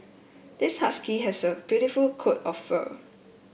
this husky has a beautiful coat of fur